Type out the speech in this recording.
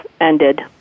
ended